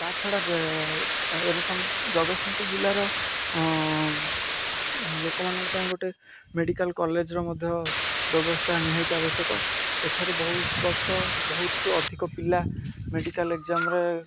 ତା ଛଡ଼ା ଏସ ଜଗତସିଂହପୁର ଜିଲ୍ଲାର ଲୋକମାନଙ୍କ ପାଇଁ ଗୋଟେ ମେଡ଼ିକାଲ୍ କଲେଜ୍ର ମଧ୍ୟ ବ୍ୟବସ୍ଥା ନିହାତି ଆବଶ୍ୟକ ଏଠାରୁ ବହୁତ ବର୍ଷ ବହୁତ ଅଧିକ ପିଲା ମେଡ଼ିକାଲ୍ ଏକ୍ସାମ୍ରେ